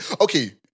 Okay